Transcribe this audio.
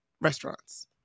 restaurants